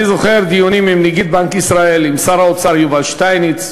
ואני זוכר דיונים עם נגיד בנק ישראל ועם שר האוצר יובל שטייניץ,